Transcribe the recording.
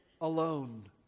alone